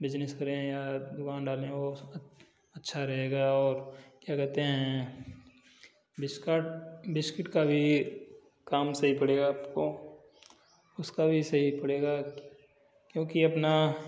business करे या दुकान डाले वो उसका अच्छा रहेगा और क्या कहते हैं बिस्काट बिस्किट का भी काम सही पड़ेगा आपको उसका भी सही पड़ेगा क्योंकि अपना